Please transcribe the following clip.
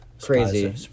crazy